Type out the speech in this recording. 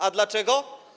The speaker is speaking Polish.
A dlaczego?